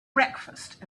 breakfast